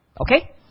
Okay